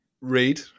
read